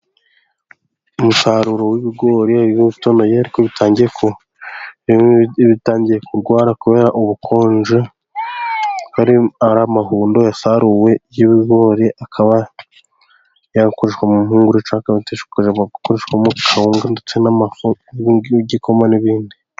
Umusaruro w'ibigori bitomeye arikotangiye bitangiye kurwara kubera ubukonje amahundo yasaruwe y'ibigori akaba yakushwa mu nhungungu rucacotisherwa gukoreshwamo kango ndetse n'igikoma n'ibindi.